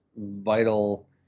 vital